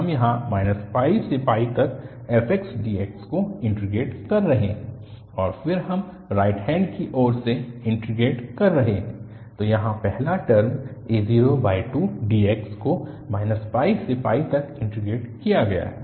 हम यहाँ से तक fx dx को इन्टीग्रेट कर रहे हैं और फिर हम राइट हैन्ड की ओर भी इन्टीग्रेट कर रहे हैं तो यहाँ पहला टर्म a02 dx को - से तक इन्टीग्रेट किया गया है